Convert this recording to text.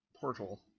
portal